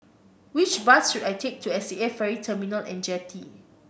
which bus should I take to S A Ferry Terminal and Jetty